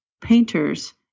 painters